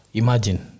imagine